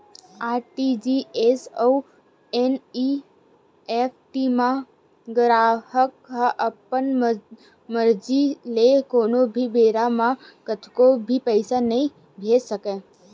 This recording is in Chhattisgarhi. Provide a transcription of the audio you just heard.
आर.टी.जी.एस अउ एन.इ.एफ.टी म गराहक ह अपन मरजी ले कोनो भी बेरा म कतको भी पइसा नइ भेज सकय